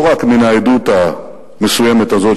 לא רק מן העדות המסוימת הזאת,